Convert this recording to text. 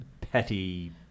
petty